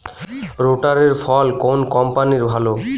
রোটারের ফল কোন কম্পানির ভালো?